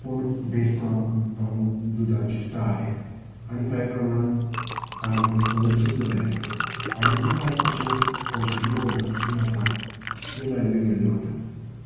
पूण बेसन जावं दुदाची साय आनी कांय प्रमाणान कांय लोक हळद सुद्दा लायतात आनी खूय कांय अशे औषदी वनस्पती आसात ज्यो लायिल्यो गेल्ल्यो वतात